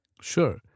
Sure